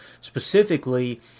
Specifically